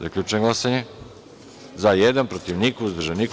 Zaključujem glasanje: za – jedan, protiv – niko, uzdržan – niko.